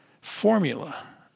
formula